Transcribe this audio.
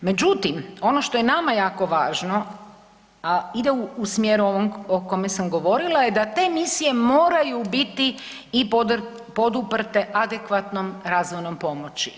Međutim ono što je nama jako važno, a ide u smjeru ovom o kome sam govorila, da te misije moraju biti i poduprte adekvatnom razvojnom pomoći.